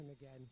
again